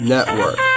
Network